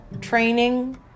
training